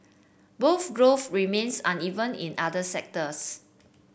growth remains uneven in other sectors